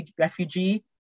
refugee